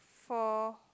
for